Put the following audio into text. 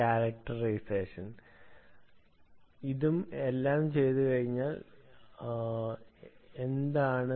characterisation നിങ്ങൾ എങ്ങനെ ചെയ്യും